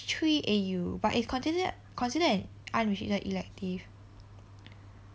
three A_U but it's considered considered an unrestricted elective